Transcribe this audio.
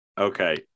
Okay